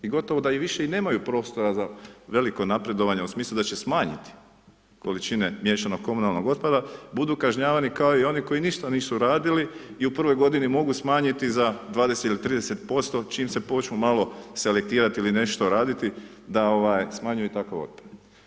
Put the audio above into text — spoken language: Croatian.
I gotovo da i više i nemaju prostora za veliko napredovanje u smislu da će smanjiti količine miješanog komunalnog otpada budu kažnjavani kao i oni koji ništa nisu radili i u prvoj godini mogu smanjiti za 20 ili 30% čim se počnu malo selektirati ili nešto raditi da smanjuju takav otpor.